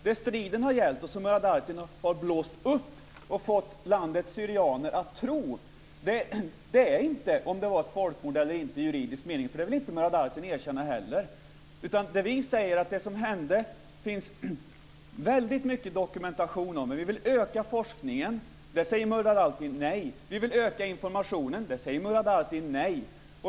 Det striden har gällt, och som Murad Artin har blåst upp och fått landets syrianer att tro, är inte om det var ett folkmord eller inte i juridisk mening. Det vill inte Murad Artin erkänna heller. Vi säger att det finns mycket dokumentation om det som hände, men vi vill öka forskningen. Där säger Murad Artin nej. Vi vill öka informationen. Där säger Murad Artin nej.